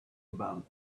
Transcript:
about